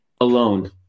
alone